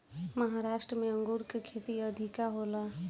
महाराष्ट्र में अंगूर के खेती अधिका होला